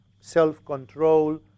self-control